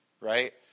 Right